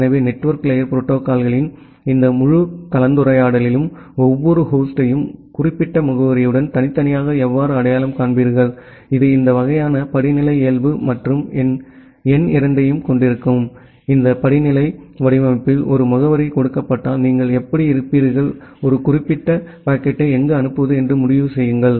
எனவே network layer புரோட்டோகால்களின் இந்த முழு கலந்துரையாடலிலும் ஒவ்வொரு ஹோஸ்டையும் குறிப்பிட்ட முகவரியுடன் தனித்தனியாக எவ்வாறு அடையாளம் காண்பீர்கள் இது இந்த வகையான படிநிலை இயல்பு மற்றும் எண் இரண்டைக் கொண்டிருக்கும் இந்த படிநிலை வடிவமைப்பில் ஒரு முகவரி கொடுக்கப்பட்டால் நீங்கள் எப்படி இருப்பீர்கள் ஒரு குறிப்பிட்ட பாக்கெட்டை எங்கு அனுப்புவது என்று முடிவு செய்யுங்கள்